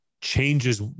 changes